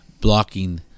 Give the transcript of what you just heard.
blocking